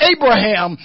Abraham